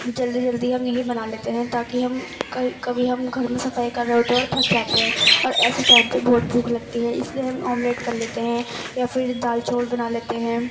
جلدی جلدی ہم یہی بنا لیتے ہیں تاکہ ہم کل کبھی ہم گھر میں صفائی کر رہے ہوتے ہیں اور تھک جاتے ہیں اور ایسے ٹائم پہ بہت بھوک لگتی ہے اسی لیے ہم آملیٹ کر لیتے ہیں یا پھر دال چاول بنالیتے ہیں